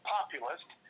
Populist